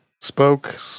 spoke